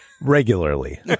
Regularly